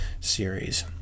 series